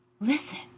Listen